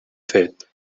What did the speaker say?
fet